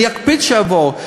אני אקפיד שהוא יעבור.